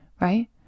right